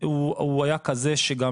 הוא היה כזה שגם